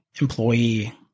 employee